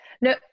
no